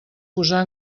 posar